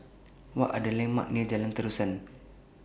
What Are The landmarks near Jalan Terusan